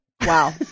Wow